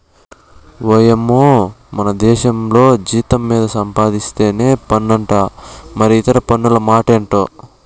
ఓయమ్మో మనదేశంల జీతం మీద సంపాధిస్తేనే పన్నంట మరి ఇతర పన్నుల మాటెంటో